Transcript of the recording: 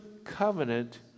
covenant